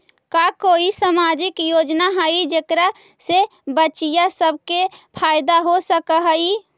का कोई सामाजिक योजना हई जेकरा से बच्चियाँ सब के फायदा हो सक हई?